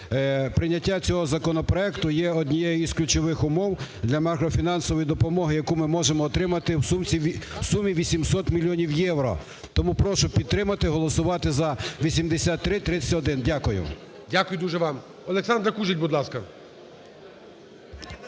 прийняття цього законопроекту є однією із ключових умов для макрофінансової допомоги, яку ми можемо отримати в сумі 800 мільйонів євро. Тому прошу підтримати, голосувати за 8331. Дякую. ГОЛОВУЮЧИЙ. Дякую дуже вам. Олександр Кужіль, будь ласка.